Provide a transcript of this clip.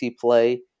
play